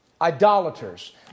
Idolaters